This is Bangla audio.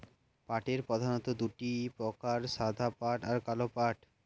পাটের প্রধানত দুটি প্রকার সাদা পাট আর কালো পাট